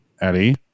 Eddie